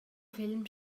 فلم